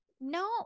no